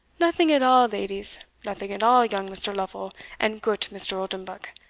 nothing at all, ladies nothing at all, young mr. lofel and goot mr. oldenbuck,